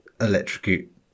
electrocute